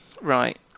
right